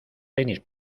tenis